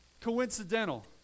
coincidental